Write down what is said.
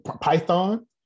Python